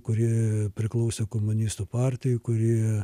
kurie priklausė komunistų partijai kurie